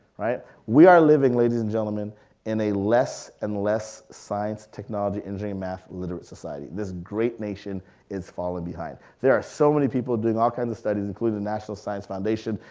we are living ladies and gentlemen in a less and less science, technology, engineering, math literate society. this great nation is falling behind. there are so many people doing all kinds of studies including national science foundation.